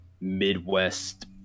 Midwest